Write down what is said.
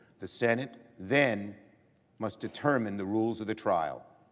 the senate then must determine the rules of the trial.